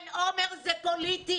כן, עומר, זה פוליטי.